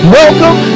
welcome